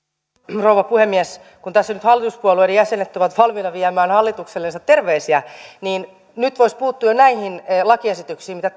rouva puhemies kun tässä nyt hallituspuolueiden jäsenet ovat valmiita viemään hallituksellensa terveisiä niin nyt voisi puuttua jo näihin lakiesityksiin mitä